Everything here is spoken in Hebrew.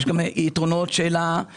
יש גם יתרונות של הסביבה,